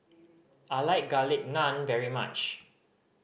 I like Garlic Naan very much